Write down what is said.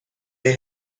they